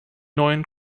neuen